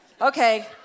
okay